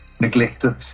neglected